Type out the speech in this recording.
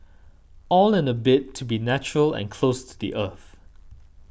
all in a bid to be natural and close to the earth